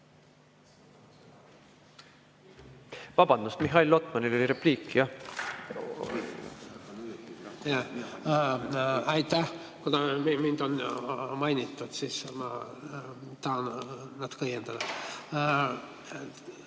Vabandust, Mihhail Lotmanil on repliik. Aitäh! Kuna mind on mainitud, siis ma tahan natuke õiendada.